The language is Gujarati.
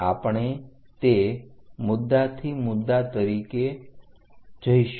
આપણે તે મુદ્દાથી મુદ્દા તરીકે જઈશું